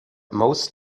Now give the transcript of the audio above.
most